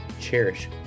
Cherish